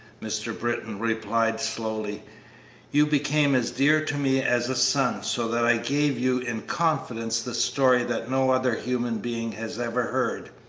mr. britton replied, slowly you became as dear to me as a son, so that i gave you in confidence the story that no other human being has ever heard.